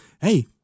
hey